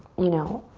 you know,